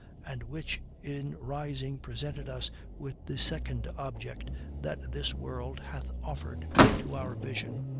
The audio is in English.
and which in rising presented us with the second object that this world hath offered to our vision.